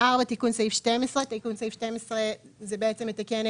תיקון סעיף 124. בסעיף 12 לצו העיקרי,